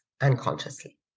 unconsciously